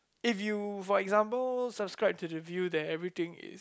if you for example subscribe to the view that everything is